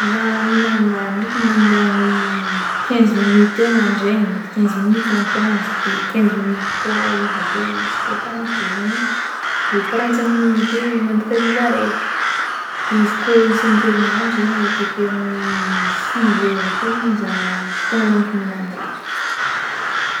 Zah minambary ndraiky mandany quinze minutes eo mandraigna de quinze minutes atoandro de quinze minutes koa ariva, de izy koa tampitra zegny de quarente cinque minute eo mandoky ariva raiky. De izy koa isankerinandro akekeo amin'ny six heures akeo zegny zah fotoagna laniko minambary.